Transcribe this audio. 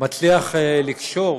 הוא מצליח לקשור